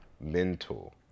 mental